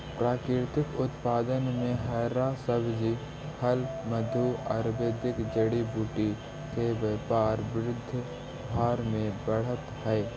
प्राकृतिक उत्पाद में हरा सब्जी, फल, मधु, आयुर्वेदिक जड़ी बूटी के व्यापार विश्व भर में बढ़ित हई